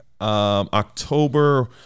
October